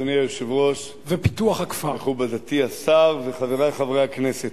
אדוני היושב-ראש, מכובדתי השרה וחברי חברי הכנסת,